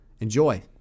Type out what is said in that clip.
Enjoy